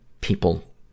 people